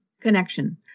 connection